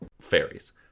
Fairies